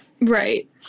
Right